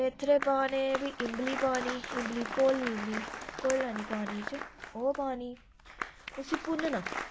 ओह्दे बास्तै डुंग्गे बी चाहिदे होंदे जि'यां इक बिच्च सब्जी पाई ओड़ी दाल पाई ओड़ी इ'यां सुक्की सब्जी पाई ओड़ी